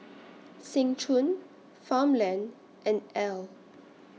Seng Choon Farmland and Elle